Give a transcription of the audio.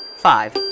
five